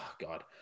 God